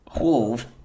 wolf